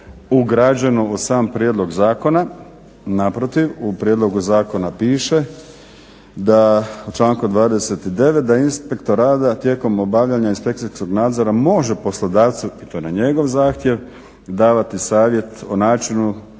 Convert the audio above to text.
ugrađeno u sam prijedlog Zakona, naprotiv u prijedlogu Zakona piše da u članku 29.da inspektor rada tijekom obavljanja inspekcijskog nadzora može poslodavcu i to na njegov zahtjev davati savjet o načinu